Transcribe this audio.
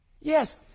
Yes